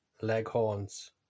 leghorns